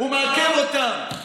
ומעכב אותן.